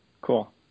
Cool